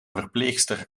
verpleegster